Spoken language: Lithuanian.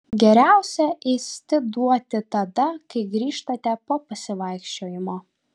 geriausia ėsti duoti tada kai grįžtate po pasivaikščiojimo